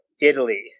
Italy